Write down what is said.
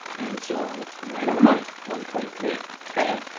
and so right on the money, one point three, okay?